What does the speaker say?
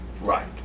Right